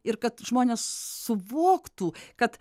ir kad žmonės suvoktų kad